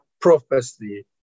prophecy